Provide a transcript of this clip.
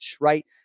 right